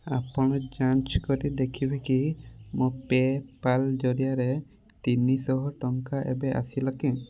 ଆପଣ ଯାଞ୍ଚ କରି ଦେଖିବେକି ମୋ ପେ'ପାଲ୍ ଜରିଆରେ ତିନିଶହ ଟଙ୍କା ଏବେ ଆସିଲାକି